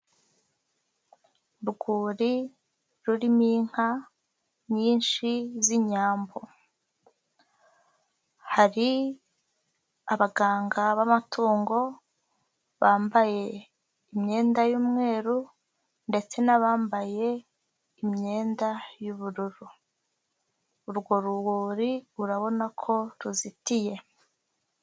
Urwuri rurimo inka nyinshi z'inyambo, hari abaganga b'amatungo bambaye imyenda y'umweru ndetse n'abambaye imyenda y'ubururu, urwo rwuri urabona ko ruzitiye.